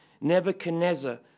Nebuchadnezzar